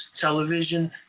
television